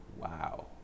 wow